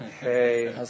Hey